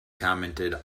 commented